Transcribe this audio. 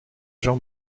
jean